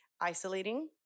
isolating